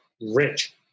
Rich